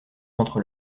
entre